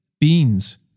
beans